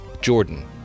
jordan